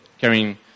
carrying